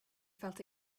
felt